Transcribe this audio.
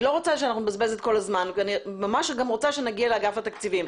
אני לא רוצה שנבזבז את כל הזמן וממש רוצה גם להגיע לאגף התקציבים.